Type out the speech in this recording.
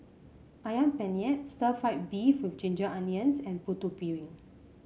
ayam Penyet Stir Fried Beef with Ginger Onions and Putu Piring